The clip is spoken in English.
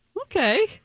Okay